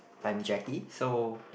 I'm Jackie so